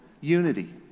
unity